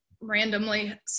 randomly